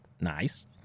Nice